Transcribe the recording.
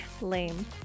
lame